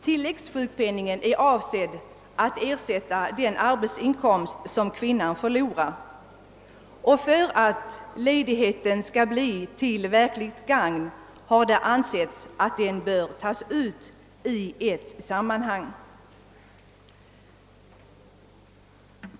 Tilläggssjukpenningen är avsedd att ersätta den arbetsinkomst som kvinnan förlorar. För att ledigheten skall bli tilll verkligt gagn har det ansetts att den bör tas ut i ett sammanhang.